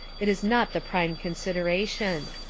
it is not the prime consideration.